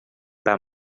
pas